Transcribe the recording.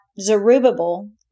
Zerubbabel